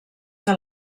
que